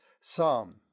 psalm